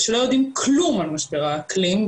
שלא יודעים כלום על משבר האקלים.